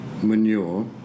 manure